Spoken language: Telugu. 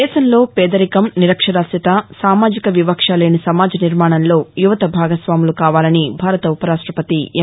దేశంలో పేదరికం నిరక్షరాస్యత సామాజిక వివక్షలేని సమాజ నిర్మాణంలో యువత భాగస్వాములు కావాలని భారత ఉపరాష్టపతి ఎం